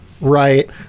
right